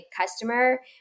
customer